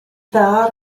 dda